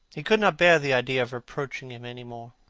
he could not bear the idea of reproaching him any more.